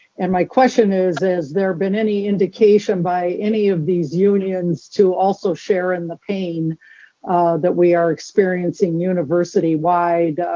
and my question is, is there have been any indication by any of these unions to also share in the pain that we are experiencing university-wide,